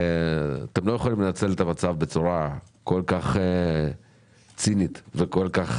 אתם לא יכולים לנצל את המצב בצורה כל כך צינית וגסה.